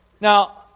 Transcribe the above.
Now